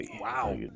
Wow